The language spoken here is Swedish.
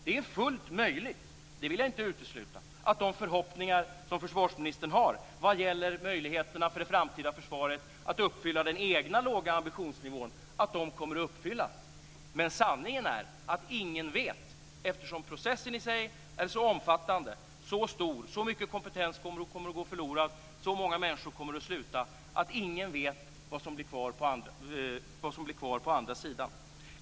Det är fullt möjligt - jag vill inte utesluta det - att de förhoppningar som försvarsministern har vad gäller möjligheterna för det framtida försvaret att uppfylla den egna låga ambitionsnivån kommer att uppfyllas. Men sanningen är att ingen vet, eftersom processen i sig är så omfattande och så stor. Så mycket kompetens kommer att gå förlorad och så många människor kommer att sluta att ingen vet vad som blir kvar på andra sidan.